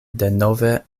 denove